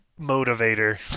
motivator